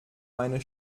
meine